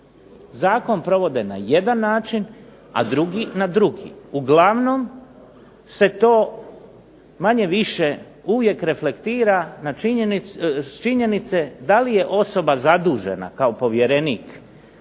zakon provode na jedan način, a drugi na drugi. Uglavnom se to manje-više uvijek reflektira s činjenice da li je osoba zadužena kao povjerenik